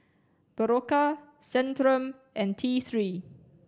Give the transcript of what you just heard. Berocca Centrum and T Three